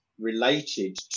related